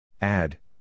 Add